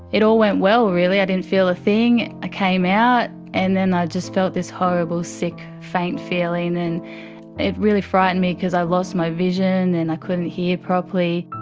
it all went well really, i didn't feel a thing. i came out and then i just felt this horrible sick, faint feeling and it really frightened me because i lost my vision and i couldn't hear properly.